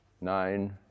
nine